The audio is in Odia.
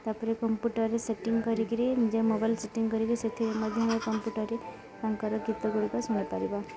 ତା'ପରେ କମ୍ପ୍ୟୁଟରରେ ସେଟିଂ କରିକିରି ନିଜେ ମୋବାଇଲ ସେଟିଂ କରିକି ସେଥିରେ ମଧ୍ୟ କମ୍ପ୍ୟୁଟରରେ ତାଙ୍କର ଗୀତ ଗୁଡ଼ିକ ଶୁଣିପାରିବା